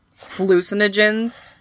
hallucinogens